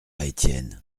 étienne